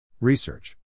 Research